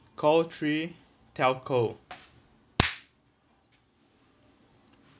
call three telco